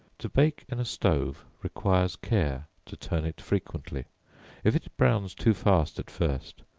to bake in a stove requires care to turn it frequently if it browns too fast at first,